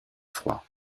froids